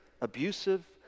abusive